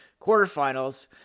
quarterfinals